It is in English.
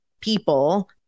people